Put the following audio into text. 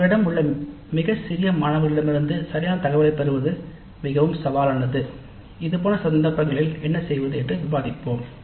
உங்களிடம் உள்ள மிகச் சிறிய மாணவர்களிடமிருந்து சரியான தகவலைப் பெறுவது மிகவும் சவாலானது இதுபோன்ற சந்தர்ப்பங்களில் என்ன செய்வது என்று விவாதிப்போம்